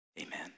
amen